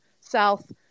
south